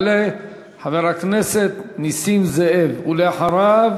יעלה חבר הכנסת נסים זאב, ואחריו,